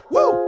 Woo